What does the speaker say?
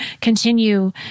continue